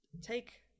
take